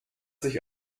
sich